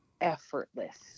effortless